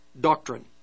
doctrine